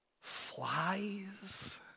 flies